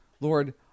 Lord